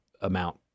amount